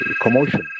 commotion